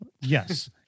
Yes